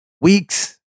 weeks